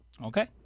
Okay